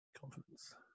Confidence